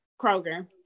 Kroger